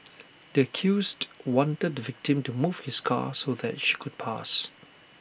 the accused wanted the victim to move his car so that she could pass